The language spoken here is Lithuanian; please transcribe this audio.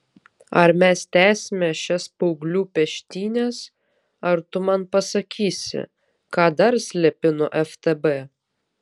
ar mes tęsime šias paauglių peštynes ar tu man pasakysi ką dar slepi nuo ftb